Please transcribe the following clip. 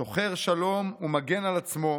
שוחר שלום ומגן על עצמו,